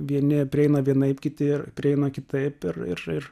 vieni prieina vienaip kiti prieina kitaip ir ir ir